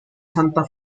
santa